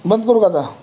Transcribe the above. बंद करू का आता